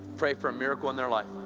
pray for a miracle in their life!